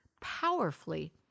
powerfully